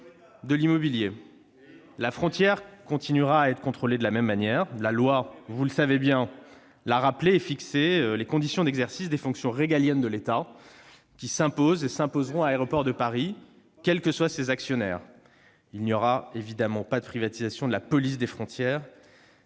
l'État ! La frontière continuera à être contrôlée de la même manière. La loi, vous le savez bien, l'a rappelé et a fixé les conditions d'exercice des fonctions régaliennes de l'État qui s'imposent et s'imposeront à Aéroports de Paris, quels que soient ses actionnaires. Il n'y aura évidemment aucune privatisation de la police aux frontières